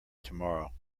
tomorrow